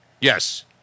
Yes